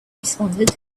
responded